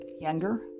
Younger